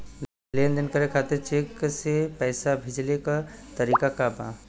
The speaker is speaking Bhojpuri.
लेन देन करे खातिर चेंक से पैसा भेजेले क तरीकाका बा?